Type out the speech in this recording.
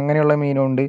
അങ്ങനെയുള്ള മീന് ഉണ്ട്